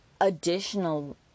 additional